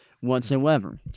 whatsoever